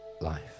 life